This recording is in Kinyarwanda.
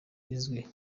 izwi